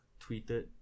tweeted